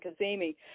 Kazemi